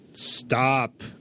Stop